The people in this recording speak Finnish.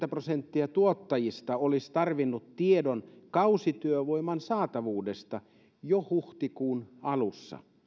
prosenttia tuottajista olisi tarvinnut tiedon kausityövoiman saatavuudesta jo huhtikuun alussa